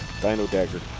Dino-Dagger